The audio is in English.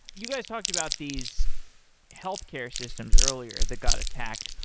you guys talked about these health care systems earlier that got attacked.